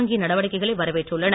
வங்கியின் நடவடிக்கைகளை வரவேற்றுள்ளனர்